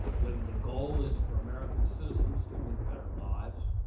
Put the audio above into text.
whether the goal is for american citizens to live better lives,